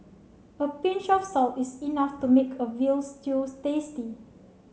a pinch of salt is enough to make a veal stew tasty